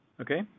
Okay